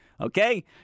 Okay